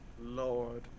Lord